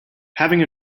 having